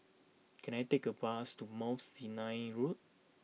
can I take a bus to Mount Sinai Road